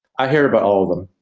i hear about all of them.